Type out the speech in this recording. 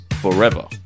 forever